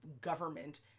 government